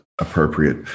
appropriate